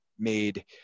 made